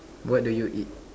what do you eat